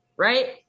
Right